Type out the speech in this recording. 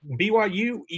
BYU